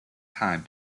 time